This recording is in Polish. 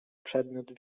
przedmiot